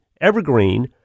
evergreen